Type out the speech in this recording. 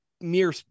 mere